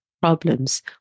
problems